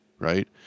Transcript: right